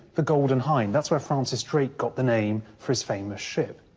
the golden hind that's where francis drake got the name for his famous ship.